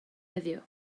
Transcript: heddiw